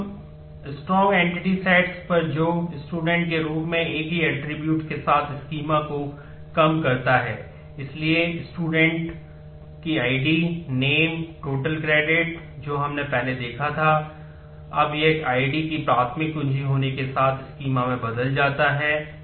तो strong entity sets को उधार लेता है